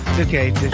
okay